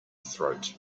throat